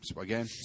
Again